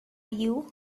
you